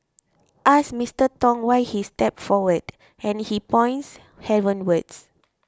ask Mister Tong why he stepped forward and he points heavenwards